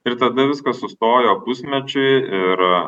ir tada viskas sustojo pusmečiui ir